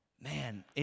Man